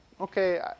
okay